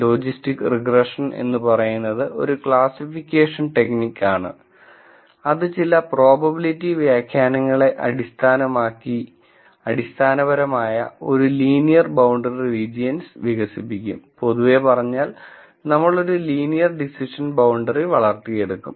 logistic regression എന്ന് പറയുന്നത് ഒരു ക്ലാസ്സിഫിക്കേഷൻ ടെക്നിക് ആണ് അത് ചില പ്രോബബിലിറ്റി വ്യാഖ്യാനങ്ങളെ അടിസ്ഥാനമാക്കി അടിസ്ഥാനപരമായി ഒരു ലീനിയർ ബൌണ്ടറി റീജിയൻസ് വികസിപ്പിക്കും പൊതുവെ പറഞ്ഞാൽ നമ്മൾ ഒരു ലീനിയർ ഡിസിഷൻ ബൌണ്ടറി വളത്തിയെടുക്കും